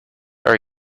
are